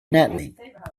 natlink